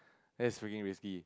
there's freaking risky